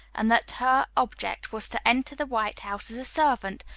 and that her object was to enter the white house as a servant,